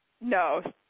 No